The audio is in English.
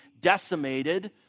decimated